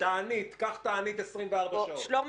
בבקשה, חברת הכנסת אורית סטרוק.